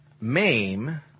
MAME